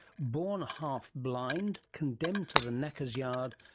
born half blind, condemned to the knackers yard,